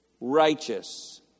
righteous